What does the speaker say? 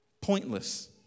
Pointless